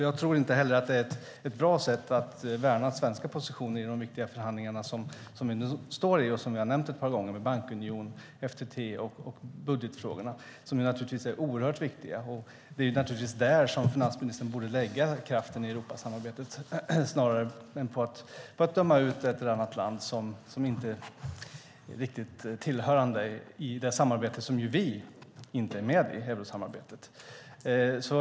Jag tror inte heller att det är ett bra sätt att värna den svenska positionen i de förhandlingar som vi nu står i och som vi har nämnt ett par gånger - bankunion, FTT och budgetfrågorna - som naturligtvis är oerhört viktiga. Det är naturligtvis där finansministern borde lägga kraften i Europasamarbetet snarare än på att döma ut ett eller annat land som inte riktigt tillhörande det samarbete som vi själva inte är med i - eurosamarbetet.